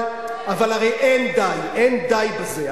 אבל הרי אין די, אין די בזה.